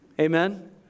Amen